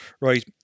right